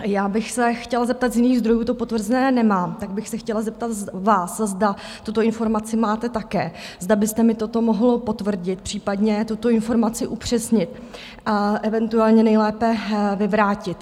Já bych se chtěla zeptat, z jiných zdrojů to potvrzené nemám, tak bych se chtěla zeptat vás, zda tuto informaci máte také, zda byste mi toto mohl potvrdit, případně tuto informaci upřesnit, a eventuálně nejlépe vyvrátit.